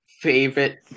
favorite